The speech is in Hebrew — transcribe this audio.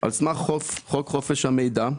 על סמך חוק חופש המידע.